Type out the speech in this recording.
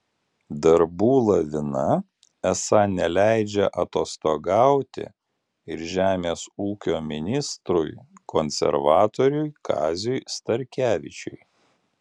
darbų lavina esą neleidžia atostogauti ir žemės ūkio ministrui konservatoriui kaziui starkevičiui